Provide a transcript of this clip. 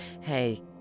Hey